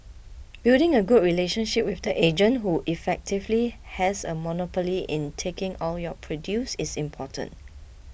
building a good relationship with the agent who effectively has a monopoly in taking all your produce is important